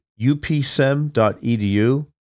upsem.edu